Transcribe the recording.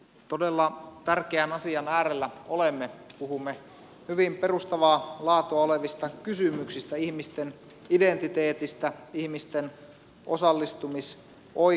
todella tärkeän asian äärellä olemme puhumme hyvin perustavaa laatua olevista kysymyksistä ihmisten identiteetistä ihmisten osallistumisoikeuksista